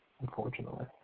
unfortunately